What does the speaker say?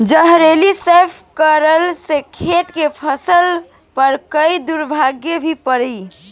जहरीला स्प्रे करला से खेत के फसल पर कोई दुष्प्रभाव भी पड़ी?